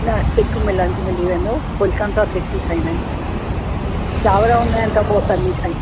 न थिक मिल मिली वेंदो फुलकनि सां थिक ई खाईंदा आहियूं चांवर हूंदा आहिनि त पोइ सन्ही ठाहींदा आहियूं